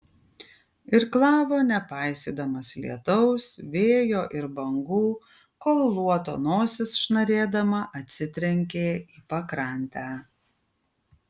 irklavo nepaisydamas lietaus vėjo ir bangų kol luoto nosis šnarėdama atsitrenkė į pakrantę